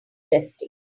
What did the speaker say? testing